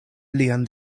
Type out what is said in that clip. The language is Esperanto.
lian